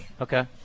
Okay